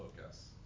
focus